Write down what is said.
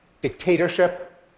dictatorship